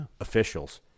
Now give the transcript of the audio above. officials